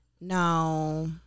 No